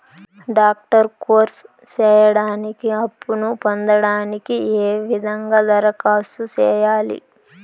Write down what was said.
Doctor course సేయడానికి అప్పును పొందడానికి ఏ విధంగా దరఖాస్తు సేయాలి?